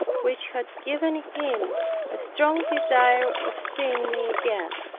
which had given him a strong desire of seeing me again.